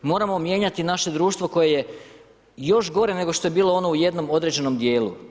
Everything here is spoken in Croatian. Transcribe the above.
Moramo mijenjati naše društvo koje je još gore nego što je bilo ono u jednom određenom djelu.